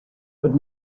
but